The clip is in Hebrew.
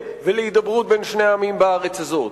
ולהידברות בין שני העמים בארץ הזאת,